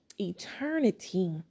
eternity